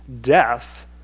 death